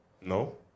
No